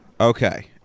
Okay